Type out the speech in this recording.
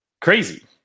crazy